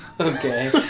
Okay